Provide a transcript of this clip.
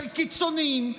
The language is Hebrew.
של קיצוניים,